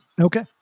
Okay